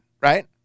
right